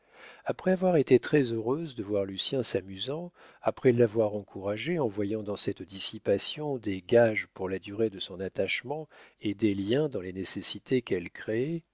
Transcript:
après avoir été très-heureuse de voir lucien s'amusant après l'avoir encouragé en voyant dans cette dissipation des gages pour la durée de son attachement et des liens dans les nécessités qu'elle créait